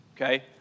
okay